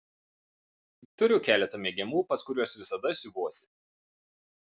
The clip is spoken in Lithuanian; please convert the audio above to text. turiu keletą mėgiamų pas kuriuos visada siuvuosi